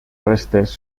restes